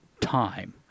time